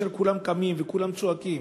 ישר כולם קמים וכולם צועקים